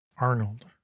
Arnold